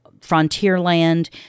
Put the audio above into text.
Frontierland